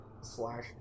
slash